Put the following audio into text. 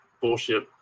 bullshit